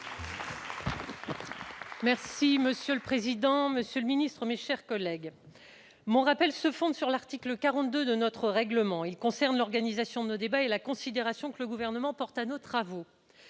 Monsieur le président, monsieur le ministre, mes chers collègues, mon intervention se fonde sur l'article 42 de notre règlement. Elle concerne l'organisation de nos débats et la considération que le Gouvernement porte à nos travaux.